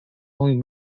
only